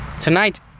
Tonight